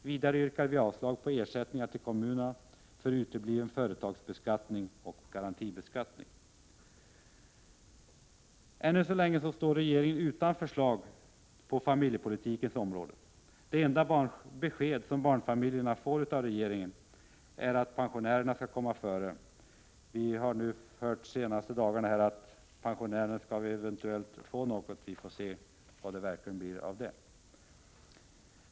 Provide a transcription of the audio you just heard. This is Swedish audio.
Vidare yrkar vi avslag på förslaget om ersättningar till kommunerna för utebliven företagsbeskattning och garantibeskattning. Ännu så länge står regeringen utan förslag på familjepolitikens område. Det enda besked barnfamiljerna har fått är att pensionärerna skall komma före. Vi har hört de senaste dagarna att pensionärerna eventuellt skall få någon kompensation. Vi får se vad det blir av det i verkligheten.